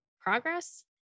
progress